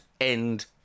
end